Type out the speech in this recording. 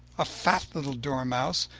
a fat little dormouse,